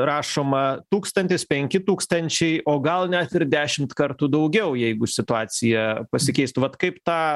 rašoma tūkstantis penki tūkstančiai o gal net ir dešimt kartų daugiau jeigu situacija pasikeis tai vat kaip tą